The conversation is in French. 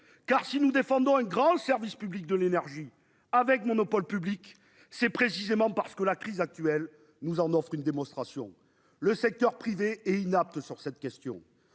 car si nous défendons un grand service public de l'énergie avec monopole public c'est précisément. Que la crise actuelle nous en offre une démonstration, le secteur privé et inapte sur cette question,